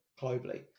globally